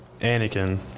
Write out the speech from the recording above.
Anakin